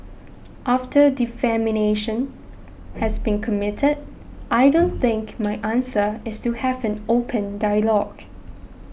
after has been committed I don't think my answer is to have an open dialogue